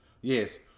Yes